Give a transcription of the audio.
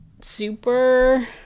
super